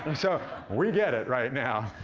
um so we get it right now.